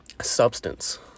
substance